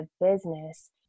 business